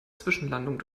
zwischenlandungen